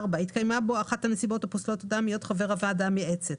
התקיימה בו אחת הנסיבות הפוסלות אדם מהיות חבר הוועדה המייעצת.